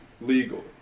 legal